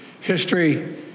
History